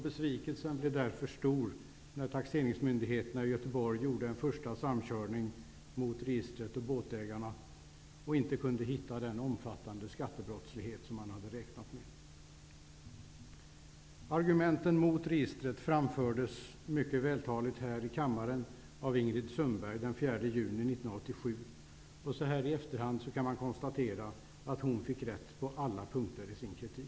Besvikelsen blev därför stor när taxeringsmyndigheten i Göteborg gjorde en första samkörning mot registret och båtägarna utan att kunna hitta den omfattande skattebrottslighet som man hade räknat med. Argumenten mot registret framfördes mycket vältaligt av Ingrid Sundberg här i kammaren den 4 juni 1987. Så här i efterhand kan man konstatera att hon fick rätt på alla punkter i sin kritik.